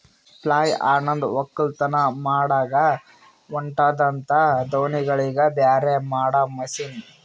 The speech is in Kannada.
ಪ್ಲಾಯ್ಲ್ ಅನಂದ್ ಒಕ್ಕಲತನ್ ಮಾಡಾಗ ಹೊಟ್ಟದಾಂದ ದಾಣಿಗೋಳಿಗ್ ಬ್ಯಾರೆ ಮಾಡಾ ಮಷೀನ್